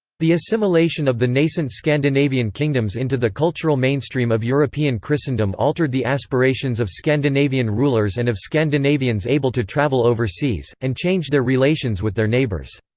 the assimilation of the nascent scandinavian kingdoms into the cultural mainstream of european christendom altered the aspirations of scandinavian rulers and of scandinavians able to travel overseas, and changed their relations with their neighbours.